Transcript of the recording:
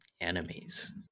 enemies